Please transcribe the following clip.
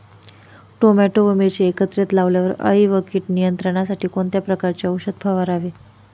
Tomato व मिरची एकत्रित लावल्यावर अळी व कीड नियंत्रणासाठी कोणत्या प्रकारचे औषध फवारावे?